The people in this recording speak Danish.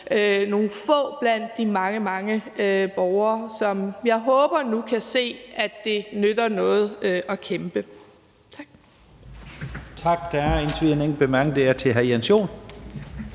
nogle få blandt de mange, mange borgere, som jeg håber nu kan se, at det nytter noget at kæmpe. Tak.